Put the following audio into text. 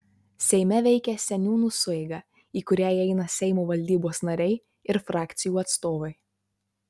seime veikia seniūnų sueiga į kurią įeina seimo valdybos nariai ir frakcijų atstovai